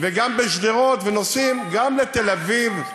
וגם בשדרות, ונוסעים גם לתל-אביב.